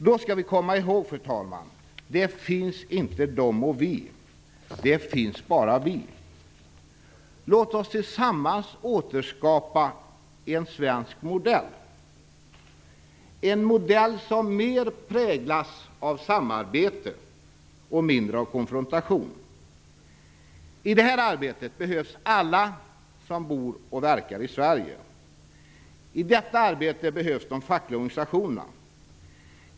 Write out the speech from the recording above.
Låt oss då komma ihåg, fru talman: Det finns inte de och vi. Det finns bara vi. Låt oss tillsammans återskapa en svensk modell, en modell som präglas mer av samarbete och mindre av konfrontation. I detta arbete behövs alla som bor och verkar i Sverige. I detta arbete behövs de fackliga organisationerna.